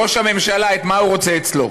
ראש הממשלה, את מה הוא רוצה אצלו?